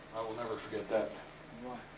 will never forget that